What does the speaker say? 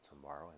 tomorrow